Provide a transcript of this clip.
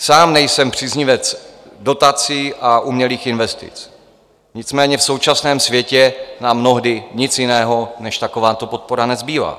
Sám nejsem příznivec dotací a umělých investic, nicméně v současném světě nám mnohdy nic jiného než takováto podpora nezbývá.